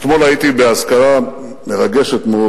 אתמול הייתי באזכרה מרגשת מאוד